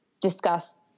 discuss